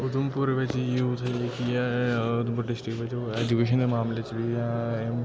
उधमपुर बिच्च यूथ जेह्की ऐ डिस्ट्रिक्ट बिच्च ऐजूकेशन दे मामले बिच्च बी ऐ